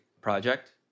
project